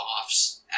coughs